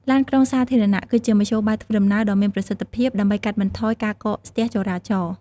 ឡានក្រុងសាធារណៈ គឺជាមធ្យោបាយធ្វើដំណើរដ៏មានប្រសិទ្ធភាពដើម្បីកាត់បន្ថយការកកស្ទះចរាចរណ៍។